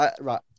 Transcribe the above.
Right